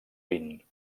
vint